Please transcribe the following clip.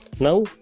Now